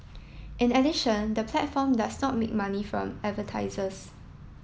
in addition the platform does not make money from advertisers